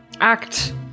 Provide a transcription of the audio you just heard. act